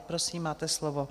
Prosím, máte slovo.